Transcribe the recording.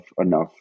enough